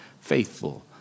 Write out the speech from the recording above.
faithful